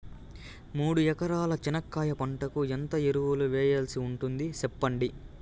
మూడు ఎకరాల చెనక్కాయ పంటకు ఎంత ఎరువులు వేయాల్సి ఉంటుంది సెప్పండి?